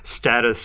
status